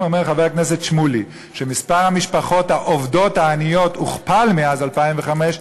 אם אומר חבר הכנסת שמולי שמספר המשפחות העובדות העניות הוכפל מאז 2005,